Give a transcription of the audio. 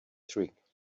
trick